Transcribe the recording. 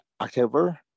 October